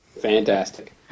fantastic